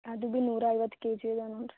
ಅದು ಬಿ ನೂರಾ ಐವತ್ತು ಕೆ ಜಿ ಅದೆ ನೋಡಿರಿ